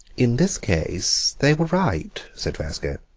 in this case they were right, said vasco.